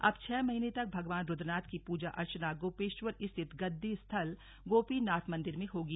अब छह महीने तक भगवान रुद्रनाथ की पूजा अर्चना गोपेश्वर स्थित गद्दी स्थल गोपीनाथ मंदिर में होगी